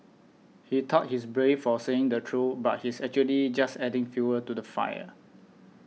he thought he's brave for saying the truth but he's actually just adding fuel to the fire